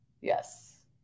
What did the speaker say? yes